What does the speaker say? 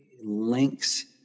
links